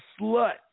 slut